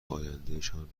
آیندهشان